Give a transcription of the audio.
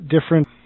different